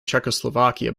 czechoslovakia